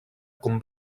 com